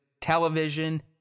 television